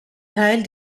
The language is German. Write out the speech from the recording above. teil